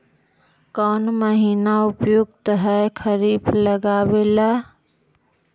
कौन महीना उपयुकत है खरिफ लगावे ला?